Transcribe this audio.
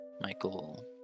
Michael